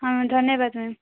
ହଁ ଧନ୍ୟବାଦ ମ୍ୟାମ୍